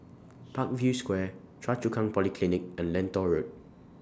Parkview Square Choa Chu Kang Polyclinic and Lentor Road